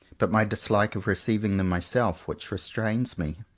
but my dislike of receiving them myself, which restrains me.